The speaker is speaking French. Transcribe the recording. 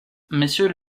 messieurs